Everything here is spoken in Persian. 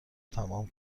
تمام